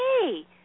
hey